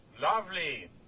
Lovely